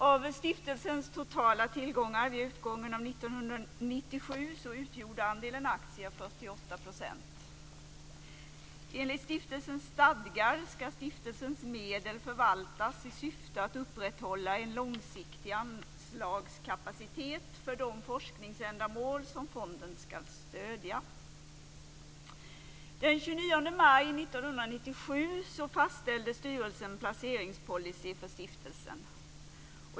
Av stiftelsens totala tillgångar vid utgången av 1997 utgjorde andelen aktier Den 29 maj 1997 fastställde styrelsen en placeringspolicy för stiftelsen.